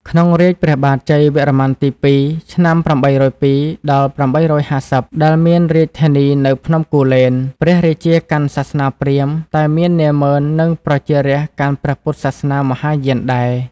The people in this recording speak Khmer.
ក្នុងរាជ្យព្រះបាទជ័យវរ្ម័នទី ២ (ឆ្នាំ ៨០២-៨៥០) ដែលមានរាជធានីនៅភ្នំគូលែន ព្រះរាជាកាន់សាសនាព្រាហ្មណ៍ តែមាននាម៉ឺន និងប្រជារាស្រ្តកាន់ព្រះពុទ្ធសាសនាមហាយានដែរ ។